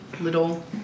little